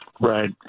Right